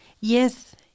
yes